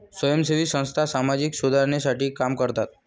स्वयंसेवी संस्था सामाजिक सुधारणेसाठी काम करतात